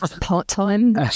part-time